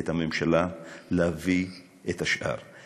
את הממשלה להביא את השאר.